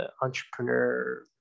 entrepreneur